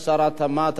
הוא מסכים עם הדוברים.